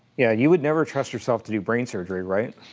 yeah, you would never trust yourself to do brain surgery, right?